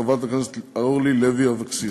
חברת הכנסת אורלי לוי אבקסיס.